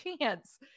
chance